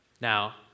Now